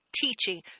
teaching